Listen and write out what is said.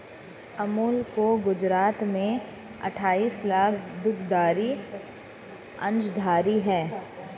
अमूल के गुजरात में अठाईस लाख दुग्धधारी अंशधारी है